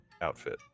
outfit